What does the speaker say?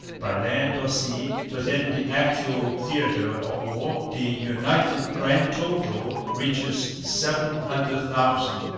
by land or sea, within the actual theatre of war, the united grand total reaches seven hundred thousand.